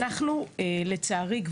לצערי,